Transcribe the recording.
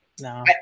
No